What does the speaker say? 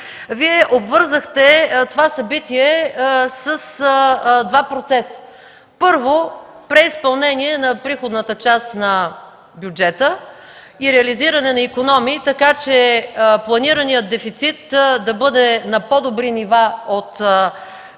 Вие обвързахте това събитие с два процеса. Първо – преизпълнение на приходната част на бюджета и реализиране на икономии, така че реализираният дефицит да бъде на по-добри нива от